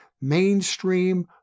mainstream